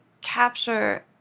capture